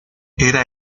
era